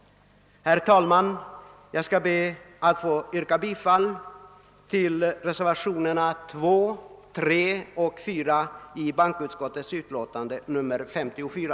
Herr talman! Jag ber att få yrka bifall till reservationerna 2, 3 och 4 i bankoutskottets utlåtande nr 54.